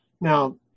Now